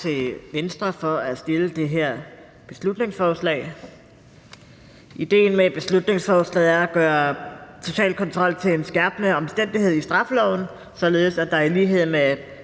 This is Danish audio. til Venstre for at fremsætte det her beslutningsforslag. Idéen med beslutningsforslaget er at gøre social kontrol til en skærpende omstændighed i straffeloven, således at der i lighed med